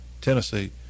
Tennessee